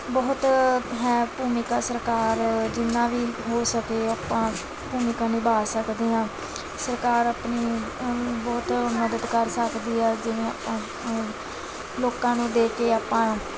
ਬਹੁਤ ਹੈ ਭੂਮਿਕਾ ਸਰਕਾਰ ਜਿੰਨਾ ਵੀ ਹੋ ਸਕੇ ਆਪਾਂ ਭੂਮਿਕਾ ਨਿਭਾ ਸਕਦੇ ਹਾਂ ਸਰਕਾਰ ਆਪਣੀ ਬਹੁਤ ਮਦਦ ਕਰ ਸਕਦੀ ਆ ਜਿਵੇਂ ਆਪਾਂ ਲੋਕਾਂ ਨੂੰ ਦੇ ਕੇ ਆਪਾਂ